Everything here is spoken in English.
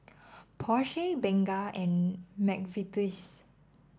Porsche Bengay and McVitie's